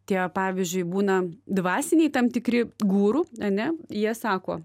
tie pavyzdžiui būna dvasiniai tam tikri guru ane jie sako